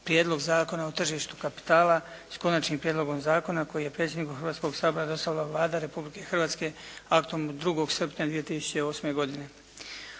Prijedlog zakona o tržištu kapitala, s Konačnim prijedlogom zakona koji je predsjedniku Hrvatskog sabora dostavila Vlada Republike Hrvatske aktom 2. srpnja 2008. godine.